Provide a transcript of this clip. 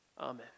Amen